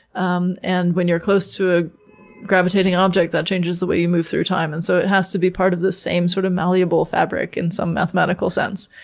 um and when you're close to a gravitating object, that changes the way you move through time, and so it has to be part of the same sort of malleable fabric in some mathematical sense.